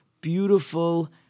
beautiful